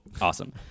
awesome